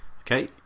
Okay